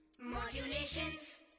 Modulations